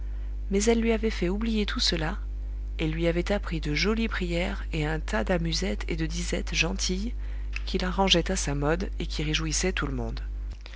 mais elle lui avait fait oublier tout cela et lui avait appris de jolies prières et un tas d'amusettes et de disettes gentilles qu'il arrangeait à sa mode et qui réjouissaient tout le monde